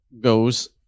goes